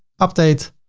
update